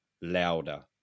louder